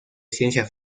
ciencia